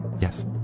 Yes